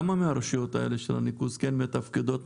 כמה מהרשויות האלה של הניקוז כן מתפקדות?